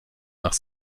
nach